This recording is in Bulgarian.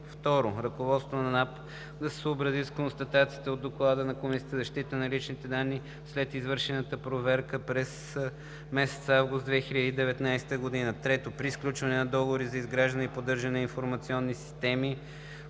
2. Ръководството на НАП да се съобрази с констатациите от доклада на Комисията за защита на личните данни при извършената проверка от месец август 2019 г. 3. При сключване на договори за изграждане и поддържане на информационни системи